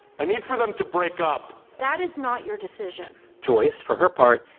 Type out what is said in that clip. i need for them to break up! that is not your decision! joyce, for her part,